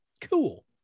cool